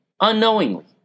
Unknowingly